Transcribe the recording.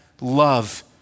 love